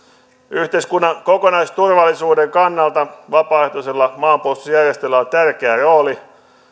yhteiskunnan kokonaisturvallisuuden kannalta vapaaehtoisilla maanpuolustusjärjestöillä on tärkeä rooli